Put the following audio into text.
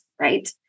right